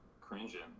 cringing